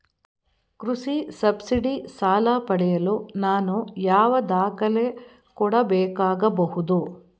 ಕೃಷಿ ಸಬ್ಸಿಡಿ ಸಾಲ ಪಡೆಯಲು ನಾನು ಯಾವ ದಾಖಲೆ ಕೊಡಬೇಕಾಗಬಹುದು?